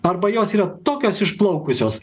arba jos yra tokios išplaukusios